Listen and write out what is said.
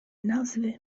nazwy